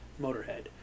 Motorhead